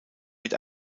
mit